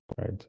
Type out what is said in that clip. right